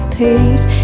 peace